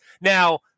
Now